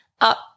up